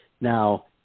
Now